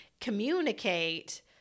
communicate